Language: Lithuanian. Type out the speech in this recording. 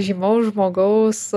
žymaus žmogaus